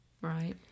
Right